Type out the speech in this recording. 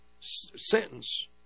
sentence